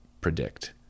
predict